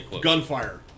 gunfire